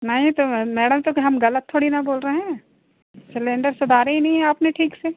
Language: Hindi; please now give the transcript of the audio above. नई तो मैडम तो क्या हम गलत थोड़ी ना बोल रहे हैं सिलेंडर सुधारी ही नहीं आपने ठीक से